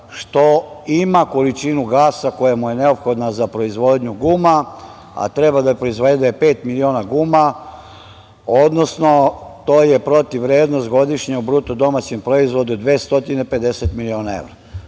što ima količinu gasa koja mu je neophodna za proizvodnju guma, a treba da proizvede pet miliona guma, odnosno to je protivrednost godišnja u BDP 250 miliona evra.